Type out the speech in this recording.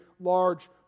large